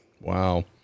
wow